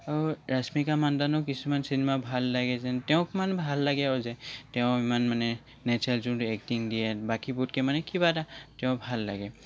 আৰু ৰশ্মিকা মন্দানাও কিছুমান চিনেমা ভাল লাগে যেনে তেওঁক মানে ভাল লাগে আৰু যেনে তেওঁ ইমান মানে নেচাৰেল যোনটো এক্টিং দিয়ে বাকিবোৰতকৈ মানে কিবা এটা তেওঁৰ ভাল লাগে